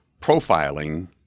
Profiling